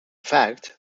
fact